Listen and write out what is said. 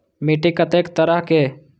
मिट्टी कतेक तरह के?